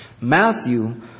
Matthew